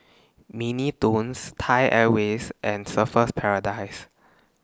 Mini Toons Thai Airways and Surfer's Paradise